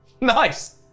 Nice